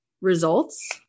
results